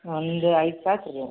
ಒಂದು ಐದು ಪ್ಯಾಕ್ ಇದ್ದಾವು